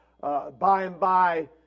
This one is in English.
by-and-by